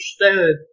understood